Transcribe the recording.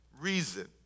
reason